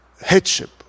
headship